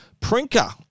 Prinker